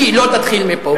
היא לא תתחיל מפה.